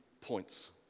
points